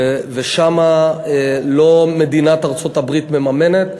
ושם לא מדינת ארצות-הברית מממנת,